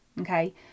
okay